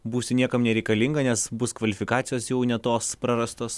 būsi niekam nereikalinga nes bus kvalifikacijos jau ne tos prarastos